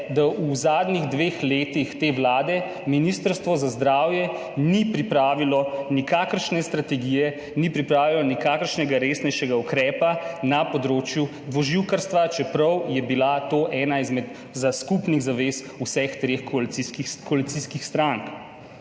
da v zadnjih dveh letih te vlade Ministrstvo za zdravje ni pripravilo nikakršne strategije, ni pripravilo nikakršnega resnejšega ukrepa na področju dvoživkarstva, čeprav je bila to ena izmed skupnih zavez vseh treh koalicijskih strank.